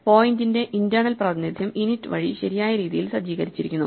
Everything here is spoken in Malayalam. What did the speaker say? പോയിന്റിന്റെ ഇന്റേണൽ പ്രാതിനിധ്യം init വഴി ശരിയായ രീതിയിൽ സജ്ജീകരിച്ചിരിക്കുന്നു